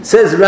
Says